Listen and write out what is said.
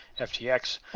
FTX